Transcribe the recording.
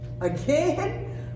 Again